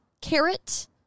Carrot